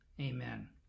amen